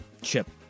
chip